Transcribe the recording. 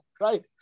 Right